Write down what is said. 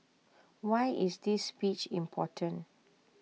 why is this speech important